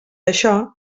això